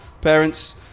parents